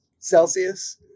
Celsius